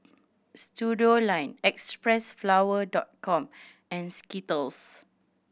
Studioline Xpressflower Dot Com and Skittles